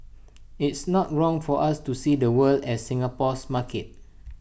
it's not wrong for us to see the world as Singapore's market